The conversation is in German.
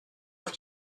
auf